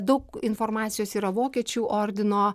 daug informacijos yra vokiečių ordino